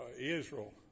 Israel